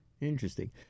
Interesting